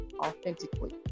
authentically